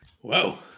Whoa